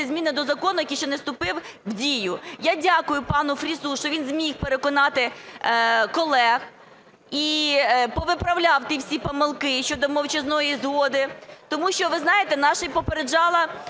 зміни до закону, який ще не вступив в дію. Я дякую пану Фрісу, що він зміг переконати колег і повиправляв ті всі помилки щодо мовчазної згоди. Тому що ви знаєте, нас ще попереджала